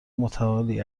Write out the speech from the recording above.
متعالی